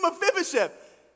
Mephibosheth